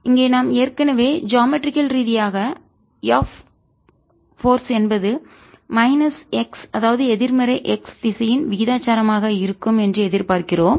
இங்கே நாம் ஏற்கனவே ஜியாமெட்ரிக்கள் வடிவியல் ரீதியாக F போர்ஸ் என்பது மைனஸ் எக்ஸ் அதாவது எதிர்மறை எக்ஸ் திசையின் விகிதாசாரமாக இருக்கும் என்று எதிர்பார்க்கிறோம்